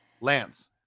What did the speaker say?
Lance